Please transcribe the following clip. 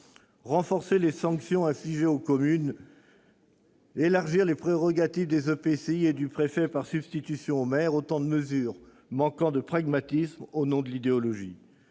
Renforcer les sanctions infligées aux communes carencées, élargir les prérogatives des EPCI et du préfet par substitution aux maires, autant de mesures manquant de pragmatisme au nom de l'idéologie.